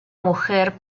mujer